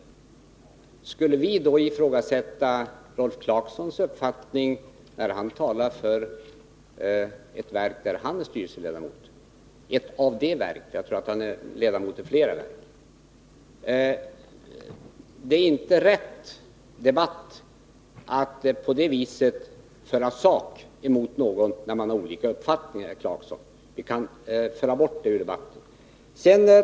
Vi skulle i så fall ifrågasätta Rolf Clarksons uppfattning, när han talar för ett av de verk — jag tror att han är ledamot i flera sådana — där han är styrelseledamot. Det är inte ett riktigt sätt att debattera, att på det viset söka sak med någon, när man har olika uppfattningar, herr Clarkson. Vi kan föra bort det ur debatten.